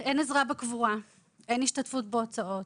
עזרה בקבורה, אין השתתפות בהוצאות.